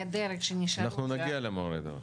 הדרך שנשארו --- אנחנו נגיע למורי הדרך.